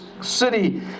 city